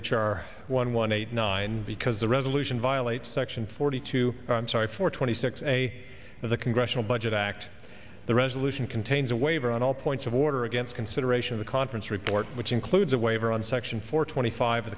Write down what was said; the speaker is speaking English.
r one one eight nine because the resolution violates section forty two psi four twenty six a of the congressional budget act the resolution contains a waiver on all points of order against consideration of the conference report which includes a waiver on section four twenty five of